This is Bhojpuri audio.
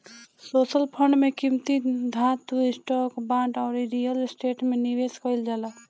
सोशल फंड में कीमती धातु, स्टॉक, बांड अउरी रियल स्टेट में निवेश कईल जाला